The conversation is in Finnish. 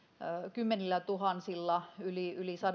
kymmeniätuhansia yli yli